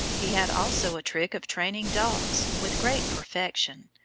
he had also a trick of training dogs with great perfection,